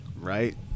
right